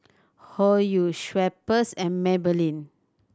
Hoyu Schweppes and Maybelline